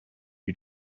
you